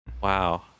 Wow